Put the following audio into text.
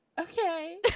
okay